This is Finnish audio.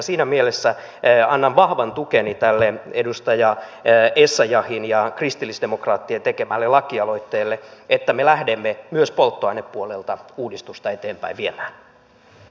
siinä mielessä annan vahvan tukeni tälle edustaja essayahin ja kristillisdemokraattien tekemälle lakialoitteelle että me lähdemme myös polttoainepuolelta uudistusta eteenpäin viemään